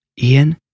Ian